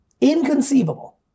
inconceivable